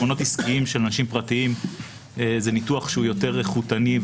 חשבונות עסקיים של אנשים פרטיים זה ניתוח שהוא יותר איכותני,